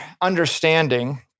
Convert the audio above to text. understanding